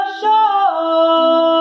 Show